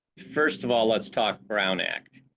first of all, let's talk brown act.